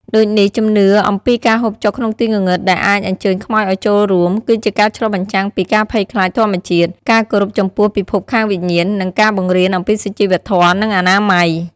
ដូចនេះជំនឿអំពីការហូបចុកក្នុងទីងងឹតដែលអាចអញ្ជើញខ្មោចឲ្យចូលរួម គឺជាការឆ្លុះបញ្ចាំងពី ការភ័យខ្លាចធម្មជាតិ ការគោរពចំពោះពិភពខាងវិញ្ញាណ និង ការបង្រៀនអំពីសុជីវធម៌ និងអនាម័យ ។